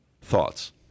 thoughts